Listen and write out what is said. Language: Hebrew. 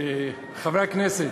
חברי הכנסת,